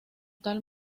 tal